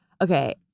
Okay